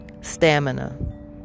stamina